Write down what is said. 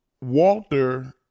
Walter